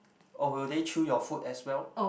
or will they chew your food as well